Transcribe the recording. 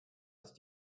ist